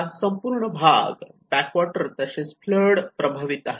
हा संपूर्ण भाग बॅक वॉटर तसेच फ्लड प्रभावित आहे